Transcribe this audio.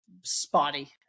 spotty